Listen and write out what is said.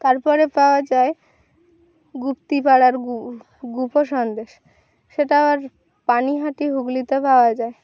তারপরে পাওয়া যায় গুপ্তিপাড়ার গু গুপো সন্দেশ সেটা আবার পানিহাটি হুগলিতে পাওয়া যায়